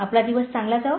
आपला दिवस चांगला जावो